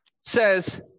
says